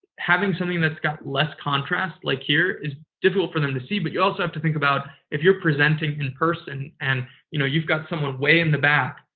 having something that's got less contrast like here is difficult for them to see, but you also have to think about if you're presenting in person and you know you've got someone way in the back,